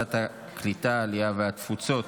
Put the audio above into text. בוועדת העלייה, הקליטה והתפוצות.